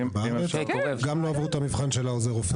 גם לא עברו את המבחן של עוזר רופא.